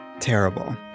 terrible